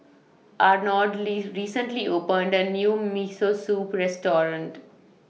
Arnold Li recently opened A New Miso Soup Restaurant